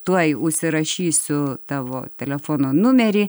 tuoj užsirašysiu tavo telefono numerį